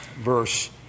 verse